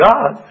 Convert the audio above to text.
God